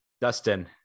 Dustin